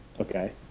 Okay